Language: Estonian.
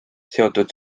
seotud